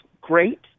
great